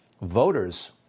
voters